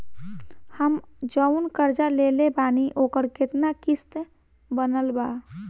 हम जऊन कर्जा लेले बानी ओकर केतना किश्त बनल बा?